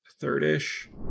third-ish